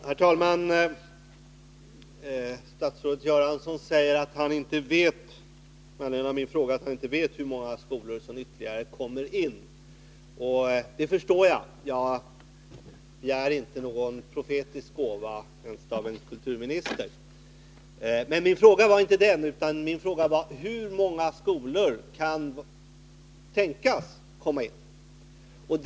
Herr talman! Statsrådet Göransson sade att han inte vet hur många ytterligare skolor det blir fråga om. Det förstår jag. Jag begär inte profetisk gåva ens av en kulturminister. Min fråga gällde dock inte detta utan hur många skolor som kan tänkas komma in med ansökningar.